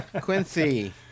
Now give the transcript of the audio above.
Quincy